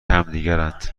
همدیگرند